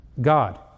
God